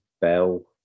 Bell